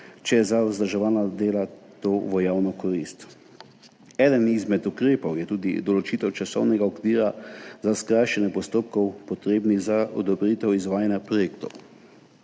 če je za vzdrževalna dela to v javno korist. Eden izmed ukrepov je tudi določitev časovnega okvira za skrajšanje postopkov, potrebnih za odobritev izvajanja projektov.